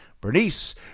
Bernice